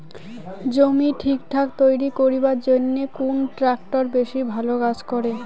জমি ঠিকঠাক তৈরি করিবার জইন্যে কুন ট্রাক্টর বেশি ভালো কাজ করে?